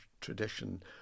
tradition